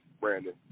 Brandon